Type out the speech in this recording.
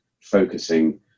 focusing